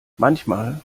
manchmal